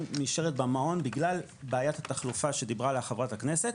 נשארת במעון בגלל בעיית התחלופה שדיברה עליה חברת הכנסת,